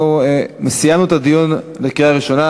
אנחנו סיימנו את הדיון לקראת קריאה ראשונה.